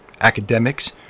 academics